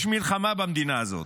יש מלחמה במדינה הזאת.